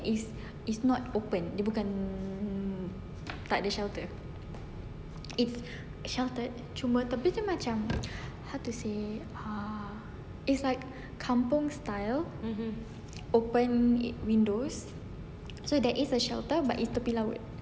it's it's not open dia bukan takde shelter it's sheltered cuma tapi dia macam how to say uh it's like kampung style open windows so there is a shelter but it's tepi laut